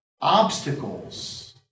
obstacles